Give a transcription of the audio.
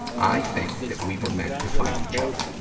i think that we were meant to find each other.